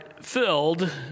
filled